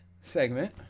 segment